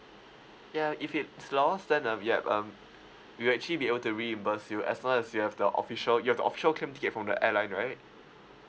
ya if it's lost then um you have um we'll actually be able to reimburse you as long as you have the official you have the official claim from the airline right